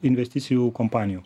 investicijų kompanijų